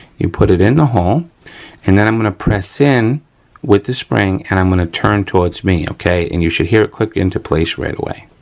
you put it in the hole and then i'm gonna press in with the spring and i'm gonna turn towards me, okay, and you should hear it click into place right away.